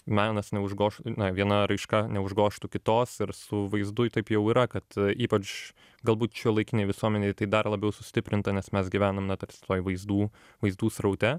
menas neužgoš na viena raiška neužgožtų kitos ir su vaizdu taip jau yra kad ypač galbūt šiuolaikinėj visuomenėj tai dar labiau sustiprinta nes mes gyvenam na tarsi toj vaizdų vaizdų sraute